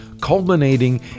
culminating